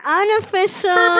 unofficial